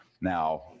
Now